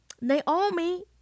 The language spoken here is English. Naomi